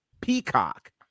Peacock